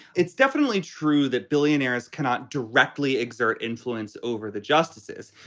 it's definitely true that billionaires cannot directly exert influence over the justices.